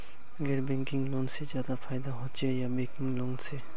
गैर banking loan से ज्यादा फायदा होचे या बैंकिंग लोन से?